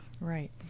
Right